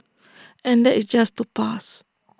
and that is just to pass